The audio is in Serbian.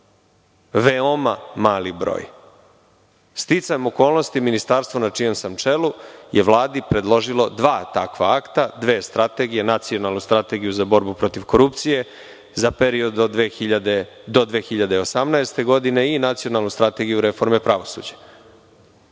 veoma mali broj. Sticajem okolnosti, ministarstvo na čijem sam čelu je Vladi predložilo dva takva akta, dve strategije, Nacionalnu strategiju za borbu protiv korupcije za period do 2018. godine i Nacionalnu strategiju reforme pravosuđa. Normalna